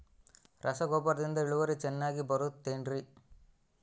ರಸಗೊಬ್ಬರದಿಂದ ಇಳುವರಿ ಚೆನ್ನಾಗಿ ಬರುತ್ತೆ ಏನ್ರಿ?